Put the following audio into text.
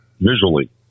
visually